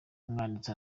umwanditsi